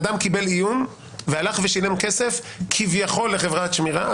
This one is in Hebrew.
אדם קיבל איום ושילם כסף כביכול לחברת שמירה,